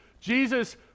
Jesus